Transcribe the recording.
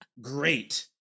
great